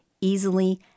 easily